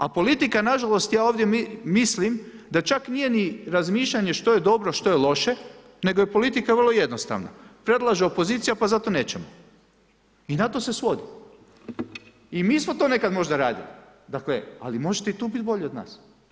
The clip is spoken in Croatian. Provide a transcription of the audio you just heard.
A politika nažalost, ja ovdje mislim da čak nije ni razmišljanje što je dobro, što je loše, nego je politika vrlo jednostavna, predlaže opozicija pa zato nećemo i na to se svodi i mi smo to nekad možda radili, ali možete i tu bit bolji od nas.